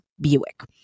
Buick